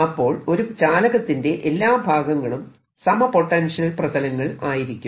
അപ്പോൾ ഒരു ചാലകത്തിന്റെ എല്ലാ ഭാഗങ്ങളും സമ പൊട്ടൻഷ്യൽ പ്രതലങ്ങൾ ആയിരിക്കും